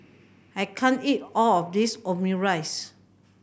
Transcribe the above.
I can't eat all of this Omurice